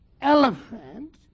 elephant